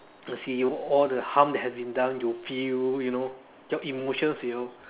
will see all the harm that has been done you will feel you know your emotions will